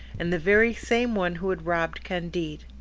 and the very same one who had robbed candide.